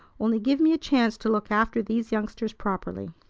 only give me a chance to look after these youngsters properly.